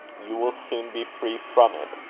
you will soon be free from it.